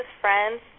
friends